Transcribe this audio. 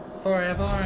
forever